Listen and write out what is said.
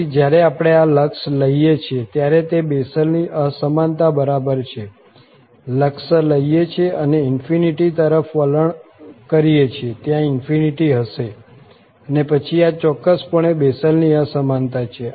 તેથી જ્યારે આપણે આ લક્ષ લઈએ છીએ ત્યારે તે બેસલની અસમાનતા બરાબર છે લક્ષ લઈએ છીએ અને ∞ તરફ વલણ કરીએ છીએ ત્યાં ∞ હશે અને પછી આ ચોક્કસપણે બેસલની અસમાનતા છે